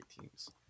teams